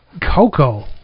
Coco